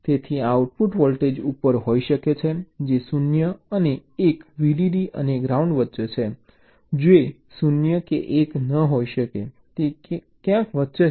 તેથી આ output voltage ઉપર હોઈ શકે છે જે 0 અને 1 VDD અને ગ્રાઉન્ડ વચ્ચે છે જે 0 કે 1 ન હોઈ શકે તે ક્યાંક વચ્ચે છે